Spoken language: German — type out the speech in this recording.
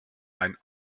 ein